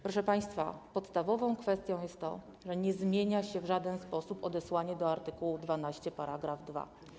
Proszę państwa, podstawową kwestią jest to, że nie zmienia się w żaden sposób odesłanie do art. 12 § 2.